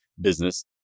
business